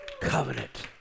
Covenant